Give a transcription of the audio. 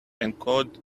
encode